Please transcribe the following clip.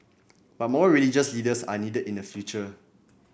but more religious leaders are needed in the future